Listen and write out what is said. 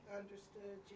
understood